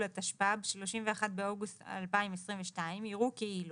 התשפ"ב (31 באוגוסט 2022) יראו כאילו